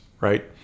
Right